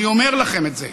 אני אומר לכם את זה.